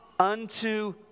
unto